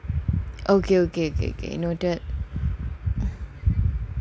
okay okay okay okay noted